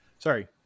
Sorry